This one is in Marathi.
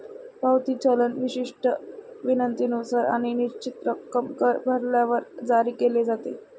पावती चलन विशिष्ट विनंतीनुसार आणि निश्चित रक्कम कर भरल्यावर जारी केले जाते